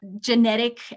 genetic